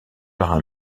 par